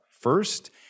first